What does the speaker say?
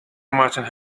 merchant